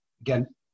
again